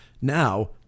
now